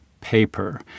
paper